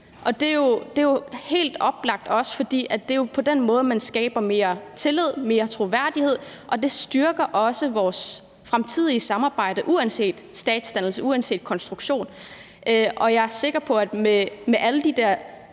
og det er jo helt oplagt også, fordi det er på den måde, at man skaber mere tillid og mere troværdighed, og det styrker også vores fremtidige samarbejde uanset statsdannelse og uanset konstruktion. Jeg er sikker på, at med alle de der